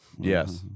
Yes